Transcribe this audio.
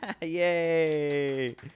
Yay